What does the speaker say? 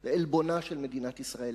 זה עלבונה של מדינת ישראל.